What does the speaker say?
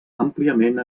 àmpliament